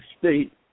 state